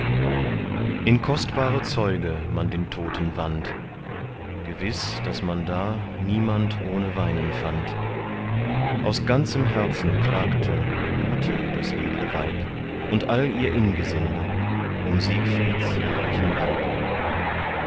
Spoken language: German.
in kostbare zeuge man den toten wand gewiß daß man da niemand ohne weinen fand aus ganzem herzen klagte ute das edle weib und all ihr ingesinde um siegfrieds herrlichen leib